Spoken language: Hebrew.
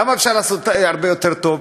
למה אפשר לעשות אותו הרבה יותר טוב?